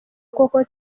koko